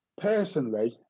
Personally